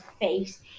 face